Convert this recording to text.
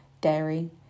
dairy